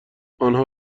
آنها